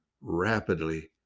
rapidly